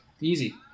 easy